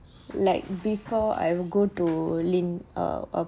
like before I go to err